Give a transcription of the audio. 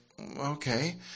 okay